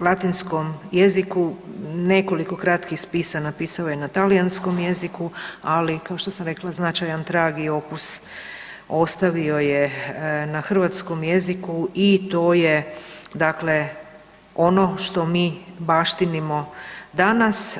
latinskom jeziku, nekoliko kratkih spisa napisao je na talijanskom jeziku, ali kao što sam rekla značajan trag ili opus ostavio je na hrvatskom jeziku i to je ono što mi baštinimo danas.